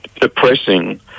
depressing